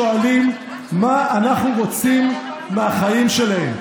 בעצם, הם שואלים מה אנחנו רוצים מהחיים שלהם.